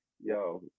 Yo